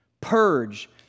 Purge